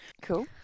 cool